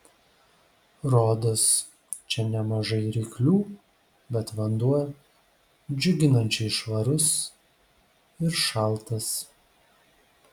rodos čia nemažai ryklių bet vanduo džiuginančiai švarus ir šaltas